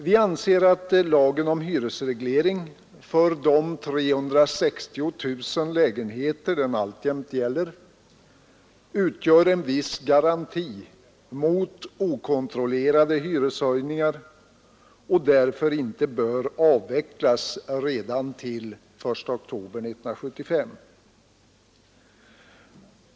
Vi anser att den alltjämt gällande lagen om hyresreglering för 360 000 lägenheter utgör en viss garanti mot okontrollerade hyreshöjningar och därför inte bör avvecklas redan till den 1 oktober 1975.